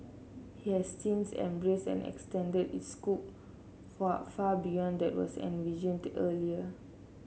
he has since embraced and extended its scope far far beyond that was envisioned that earlier